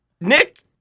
Nick